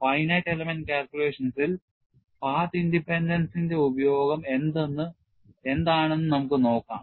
Finite element calculations ഇൽ path independence ഇന്റെ ഉപയോഗം എന്താണ് എന്ന് നമുക്ക് നോക്കാം